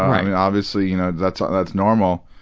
i mean, obviously you know that's ah that's normal.